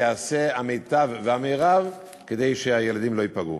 ייעשו המיטב והמרב כדי שהילדים לא ייפגעו.